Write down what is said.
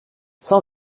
cent